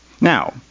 Now